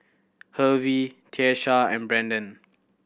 Hervey Tiesha and Brendan